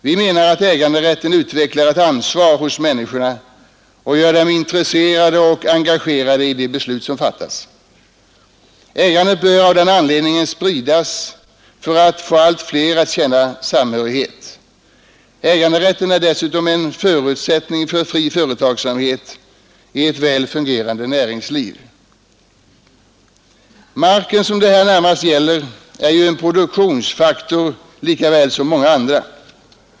Vi menar att äganderätten utvecklar ett ansvar hos människorna och gör dem intresserade och engagerade i de beslut som fattas. Ägandet bör av den anledningen spridas för att få allt fler att känna samhörighet. Äganderätten är dessutom en förutsättning för fri företagsamhet och ett väl fungerande näringsliv. Marken — som det här närmast gäller — är ju en produktionsfaktor lika väl som många andra.